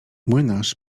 młynarz